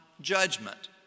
judgment